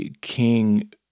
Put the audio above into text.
king